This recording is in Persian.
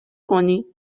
کنی